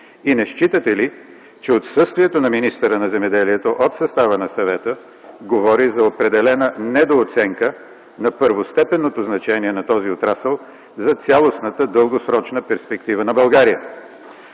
Не считате ли, че отсъствието на министъра на земеделието от състава на съвета, говори за определена недооценка на първостепенното значение на този отрасъл за цялостната дългосрочна перспектива на България?